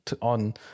on